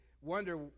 wonder